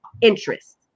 interest